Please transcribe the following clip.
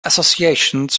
associations